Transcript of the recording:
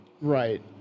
Right